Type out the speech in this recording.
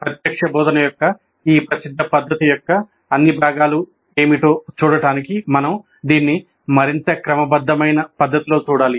ప్రత్యక్ష బోధన యొక్క ఈ ప్రసిద్ధ పద్ధతి యొక్క అన్ని భాగాలు ఏమిటో చూడటానికి మనం దీన్ని మరింత క్రమబద్ధమైన పద్ధతిలో చూడాలి